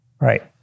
Right